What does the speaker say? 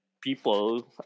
people